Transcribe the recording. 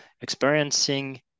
experiencing